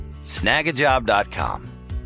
snagajob.com